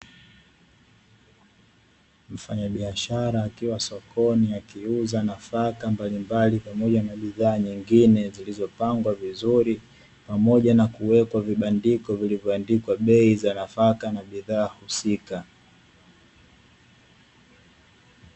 Mfanyabiashara akiwa sokoni akiuza nafaka mbalimbali pamoja na bidhaa nyengine zilizopangwa vizuri, pamoja na kuwekwa vibandiko vilivyoandikwa bei za nafaka na bidhaa husika.